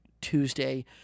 Tuesday